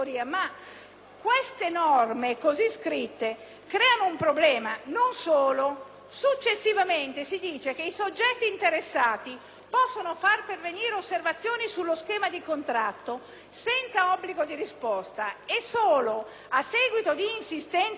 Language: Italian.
successivamente si dice che "i soggetti interessati possono far pervenire osservazioni sullo schema di contratto, senza obbligo di risposta". E solo a seguito di insistenze notevoli svoltesi in Commissione, si è trovata una formula che prevede